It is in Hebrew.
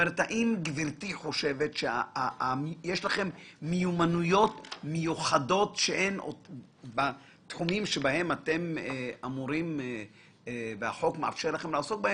האם יש לכם מיומנויות מיוחדות בתחומים שהחוק מאפשר לכם לעסוק בהם?